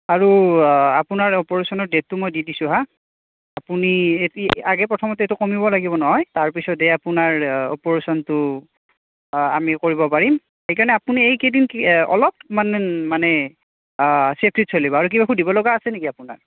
আৰু আপোনাৰ অপাৰেশ্যনৰ ডেটটো মই দি দিছোঁ হাঁঁ আপুনি আগে প্ৰথমতে এইটো কমিব লাগিব নহয় তাৰ পিছতহে আপোনাৰ অপাৰেশ্যনটো আমি কৰিব পাৰিম সেইকাৰণে আপুনি এইকেইদিন অলপ মানে মানে চেফতিত চলিব আৰু কিবা সুধিব লগা আছে নেকি আপোনাৰ